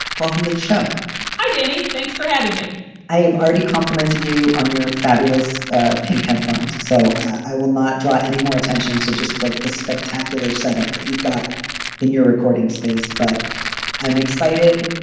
welcome to the show hi, danny. thanks for having me i have already complimented you on your fabulous ah pink headphones, so i will not draw any more attention to just like the spectacular setup that you've got in your recording space. but i'm excited